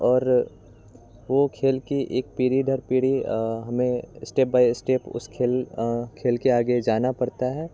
और वह खेल की एक पीढ़ी दर पीढ़ी हमें स्टेप बाय इस्टेप उस खेल खेल के आगे जाना पड़ता है